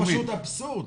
זה פשוט אבסורד,